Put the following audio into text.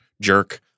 jerk